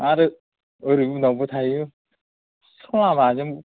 आरो ओरै उनावबो थायो सिखावलामाजों